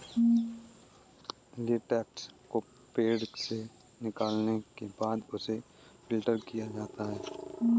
latex को पेड़ से निकालने के बाद उसे फ़िल्टर किया जाता है